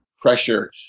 pressure